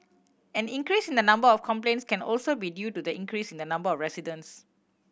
an increase in the number of complaints can also be due to the increase in the number of residents